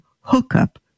hookup